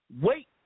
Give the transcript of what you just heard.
wait